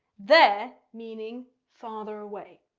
there meaning farther away.